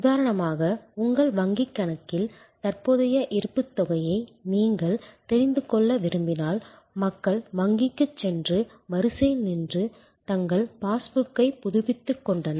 உதாரணமாக உங்கள் வங்கிக் கணக்கில் தற்போதைய இருப்புத் தொகையை நீங்கள் தெரிந்து கொள்ள விரும்பினால் மக்கள் வங்கிக்குச் சென்று வரிசையில் நின்று தங்கள் பாஸ்புக்கைப் புதுப்பித்துக்கொண்டனர்